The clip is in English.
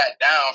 down